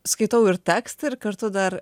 skaitau ir tekstą ir kartu dar